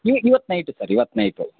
ಈ ಇವತ್ತು night sir ಇವತ್ತು ನೈಟು